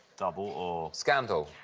double oar. scandal.